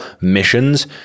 missions